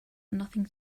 nothing